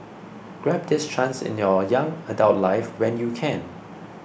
grab this chance in your young adult life when you can